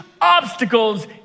obstacles